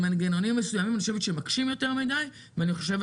שיש מנגנונים מסוימים שמקשים יותר מדי ואני חושבת